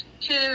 two